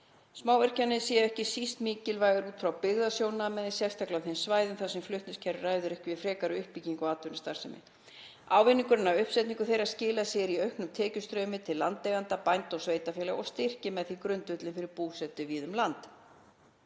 Smávirkjanir séu ekki síst mikilvægar út frá byggðasjónarmiði, sérstaklega á þeim svæðum þar sem flutningskerfið ræður ekki við frekari uppbyggingu á atvinnustarfsemi. Ávinningurinn af uppsetningu þeirra skilar sér í auknum tekjustraumi til landeigenda, bænda og sveitarfélaga og styrkir með því grundvöllinn fyrir búsetu víða um land.